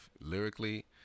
lyrically